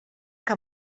que